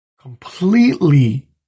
completely